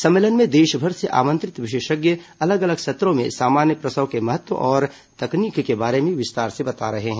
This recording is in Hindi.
सम्मेलन में देशभर से आमंत्रित विशेषज्ञ अलग अलग सत्रों में सामान्य प्रसव के महत्व और तकनीक के बारे में विस्तार से बता रहे हैं